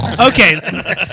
Okay